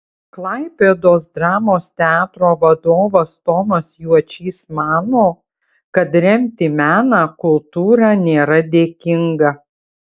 klaipėdos dramos teatro vadovas tomas juočys mano kad remti meną kultūrą nėra dėkinga